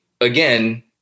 again